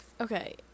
okay